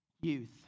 youth